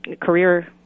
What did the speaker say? career